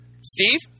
Steve